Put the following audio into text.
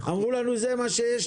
אמרו לנו: זה מה שיש,